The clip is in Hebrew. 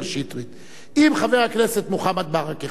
אם חבר הכנסת מוחמד ברכה,